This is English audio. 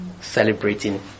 celebrating